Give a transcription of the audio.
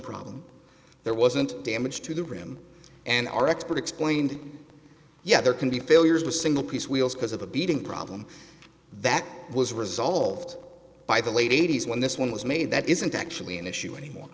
problem there wasn't damage to the rim and our expert explained yeah there can be failures in a single piece wheels because of a beating problem that was resolved by the late eighty's when this one was made that isn't actually an issue anymore